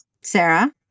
Sarah